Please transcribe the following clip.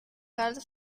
hall